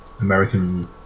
American